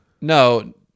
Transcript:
No